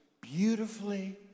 beautifully